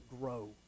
grow